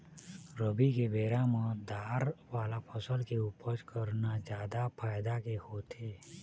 रबी के बेरा म दार वाला फसल के उपज करना जादा फायदा के होथे